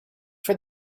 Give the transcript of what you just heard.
for